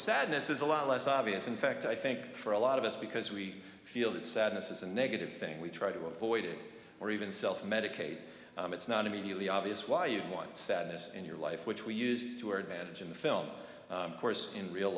sadness is a lot less obvious in fact i think for a lot of us because we feel that sadness is a negative thing we try to avoid it or even self medicate it's not immediately obvious why you want sadness in your life which we use to our advantage in the film course in real